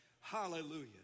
Hallelujah